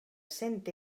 cent